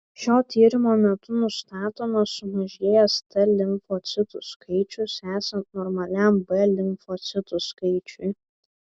šio tyrimo metu nustatomas sumažėjęs t limfocitų skaičius esant normaliam b limfocitų skaičiui